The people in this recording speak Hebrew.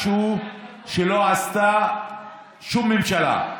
משהו שלא עשתה שום ממשלה.